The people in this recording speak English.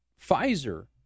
Pfizer